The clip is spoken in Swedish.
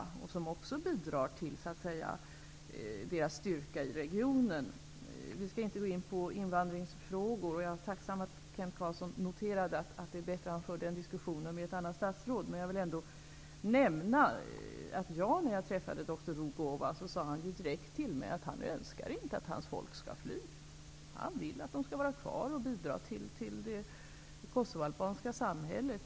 Detta bidrar också till albanernas dominans i regionen. Jag skall inte gå in på invandringsfrågor. Jag är tacksam att Kent Carlsson sade att det var bättre att föra den diskussionen med ett annat statsråd. Men jag kan ändå nämna att dr Rugova, när jag träffade honom, direkt sade till mig att han inte önskar att hans folk skall fly. Han vill att folket skall stanna kvar och bidra till det kosovoalbanska samhället.